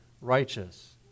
righteous